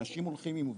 אנשים הולכים עם ווסט,